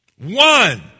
one